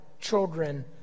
children